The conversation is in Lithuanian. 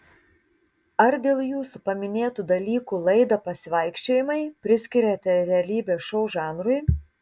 ar dėl jūsų paminėtų dalykų laidą pasivaikščiojimai priskiriate realybės šou žanrui